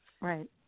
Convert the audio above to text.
Right